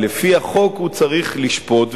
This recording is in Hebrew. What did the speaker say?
ולפי החוק הוא צריך לשפוט.